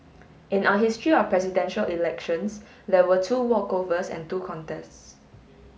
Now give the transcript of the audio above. in our history of Presidential Elections there were two walkovers and two contests